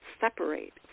separate